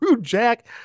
jack